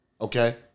okay